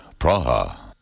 Praha